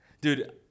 dude